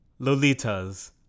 Lolitas